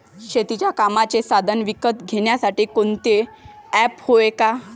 शेतीच्या कामाचे साधनं विकत घ्यासाठी कोनतं ॲप हाये का?